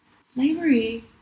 slavery